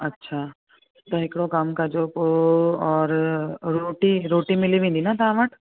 अछा त हिकिड़ो कमु कजो पोइ और रोटी रोटी मिली वेंदी न तव्हां वटि